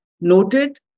noted